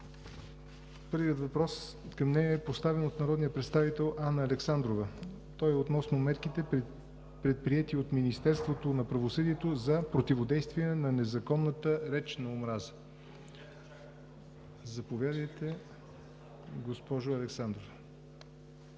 Първият въпрос към нея е поставен от народния представител Анна Александрова относно мерките, предприети от Министерството на правосъдието за противодействие на незаконната реч на омраза. Заповядайте, госпожо Александрова.